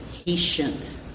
patient